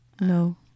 No